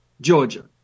Georgia